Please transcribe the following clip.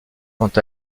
quant